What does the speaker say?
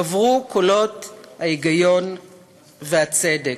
גברו קולות ההיגיון והצדק,